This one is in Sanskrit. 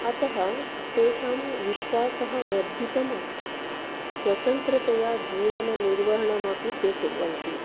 अतः तेषां विश्वासः वर्धितम् अस्ति स्वतन्त्रतया जीवननिर्वहणमपि ते कुर्वन्ति